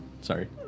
Sorry